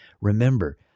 Remember